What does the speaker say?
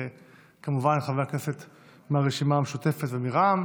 וכמובן חברי הכנסת מהרשימה המשותפת ומרע"מ,